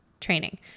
training